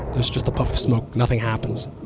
there's just a puff of smoke. nothing happens.